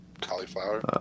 Cauliflower